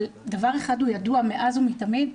אבל דבר אחד ידוע מאז ומתמיד,